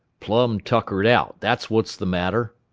plum tuckered out, that's what's the matter.